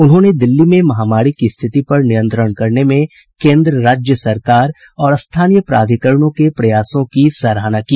उन्होंने दिल्ली में महामारी की स्थिति पर नियंत्रण करने में केंद्र राज्य सरकार और स्थानीय प्राधिकरणों के प्रयासों की सराहना की